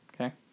okay